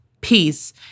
peace